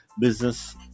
business